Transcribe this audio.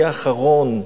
יהיה אחרון,